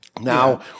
Now